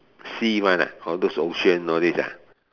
sea one ah all those ocean all these ah